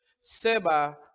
Seba